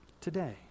today